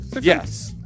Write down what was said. Yes